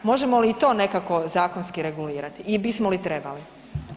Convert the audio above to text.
Možemo li i to nekako zakonski regulirati i bismo li trebali?